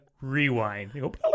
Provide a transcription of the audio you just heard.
rewind